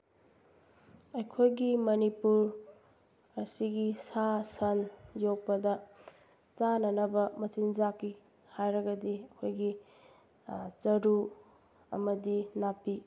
ꯑꯩꯈꯣꯏꯒꯤ ꯃꯅꯤꯄꯨꯔ ꯑꯁꯤꯒꯤ ꯁꯥ ꯁꯟ ꯌꯣꯛꯄꯗ ꯆꯥꯅꯅꯕ ꯃꯆꯤꯟꯖꯥꯛꯀꯤ ꯍꯥꯏꯔꯒꯗꯤ ꯑꯩꯈꯣꯏꯒꯤ ꯆꯔꯨ ꯑꯃꯗꯤ ꯅꯥꯄꯤ